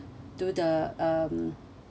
do the um